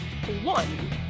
one